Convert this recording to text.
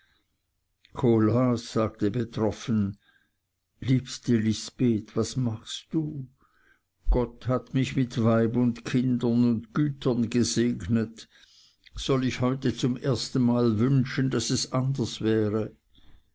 kohlhaas sagte betroffen liebste lisbeth was machst du gott hat mich mit weib und kindern und gütern gesegnet soll ich heute zum erstenmal wünschen daß es anders wäre